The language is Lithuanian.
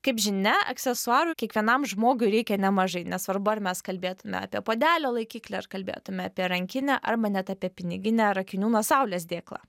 kaip žinia aksesuarų kiekvienam žmogui reikia nemažai nesvarbu ar mes kalbėtume apie puodelio laikiklį ar kalbėtume apie rankinę arba net apie piniginę ar akinių nuo saulės dėklą